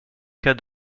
cas